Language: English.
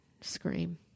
scream